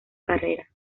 carrera